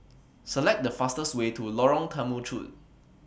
Select The fastest Way to Lorong Temechut